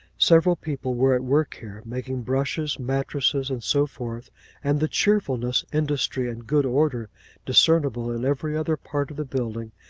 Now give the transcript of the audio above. several people were at work here making brushes, mattresses, and so forth and the cheerfulness, industry, and good order discernible in every other part of the building,